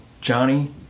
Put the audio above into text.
Johnny